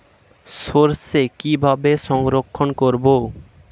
সরষে কিভাবে সংরক্ষণ করব?